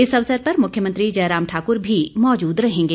इस अवसर पर मुख्यमंत्री जयराम ठाकुर भी मौजूद रहेंगे